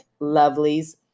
lovelies